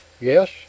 Yes